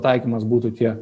taikymas būtų tie